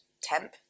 temp